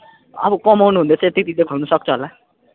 अब कमाउनु हुँदैछ त्यति त खुवाउनु सक्छ होला